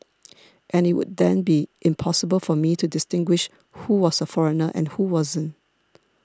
and it would have been impossible for me to distinguish who was a foreigner and who wasn't